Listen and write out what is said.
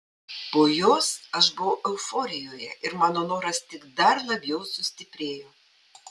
po jos aš buvau euforijoje ir mano noras tik dar labiau sustiprėjo